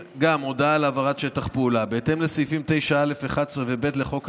הודעה על העברת שטח פעולה: בהתאם לסעיפים 9(א)(11) ו-(ב) לחוק הממשלה,